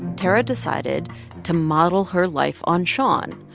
tarra decided to model her life on shon,